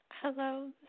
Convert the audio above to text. Hello